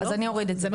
אז אני אוריד את זה.